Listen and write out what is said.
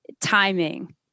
timing